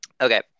Okay